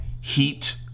Heat